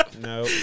No